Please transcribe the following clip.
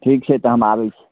ठीक छै तऽ हम आबैत छी